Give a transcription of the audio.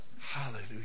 Hallelujah